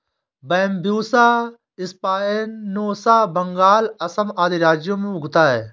Bambusa spinosa Bengal, Assam आदि राज्यों में उगता है